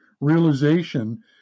realization